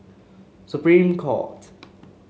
Supreme Court